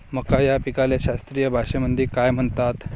मका या पिकाले शास्त्रीय भाषेमंदी काय म्हणतात?